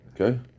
Okay